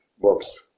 books